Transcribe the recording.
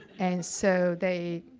and so they,